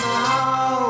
now